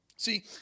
See